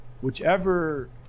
whichever